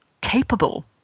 capable